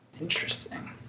Interesting